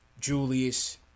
Julius